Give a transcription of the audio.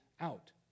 out